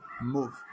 move